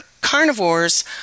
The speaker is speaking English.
carnivores